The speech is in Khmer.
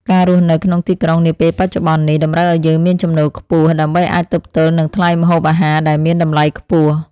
ការរស់នៅក្នុងទីក្រុងនាពេលបច្ចុប្បន្ននេះតម្រូវឱ្យយើងមានចំណូលខ្ពស់ ដើម្បីអាចទប់ទល់នឹងថ្លៃម្ហូបអាហារដែលមានតម្លៃខ្ពស់។